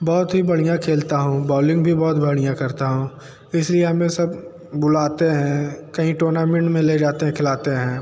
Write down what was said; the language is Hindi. बहुत ही बढ़िया खेलता हूँ बॉलिंग भी बहुत बढ़िया करता हूँ इस लिए हमें सब बुलाते हैं कई टूर्नामेंट में ले जाते हैं खिलाते हैं